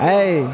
Hey